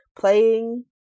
Playing